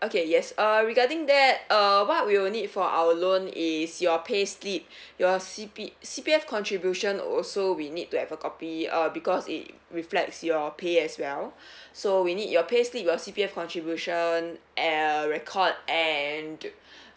okay yes err regarding that err what we will need for our loan is your payslip your C_P C_P_F contribution also we need to have a copy uh because it reflects your pay as well so we need your payslip your C_P_F contribution err record and